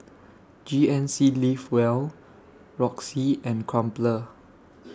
G N C Live Well Roxy and Crumpler